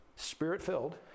Spirit-filled